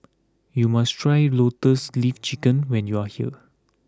you must try Lotus Leaf Chicken when you are here